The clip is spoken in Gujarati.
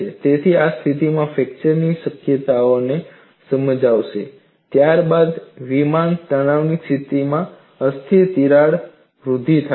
તેથી આ સ્થિર ફ્રેક્ચર ની શક્યતાને સમજાવે છે અને ત્યારબાદ વિમાન તણાવની સ્થિતિમાં અસ્થિર તિરાડ વૃદ્ધિ થાય છે